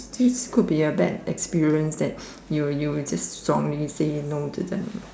this group they have bad experience that you will you will just strongly say no to them